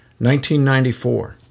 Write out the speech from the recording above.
1994